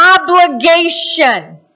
obligation